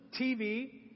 TV